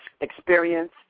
experience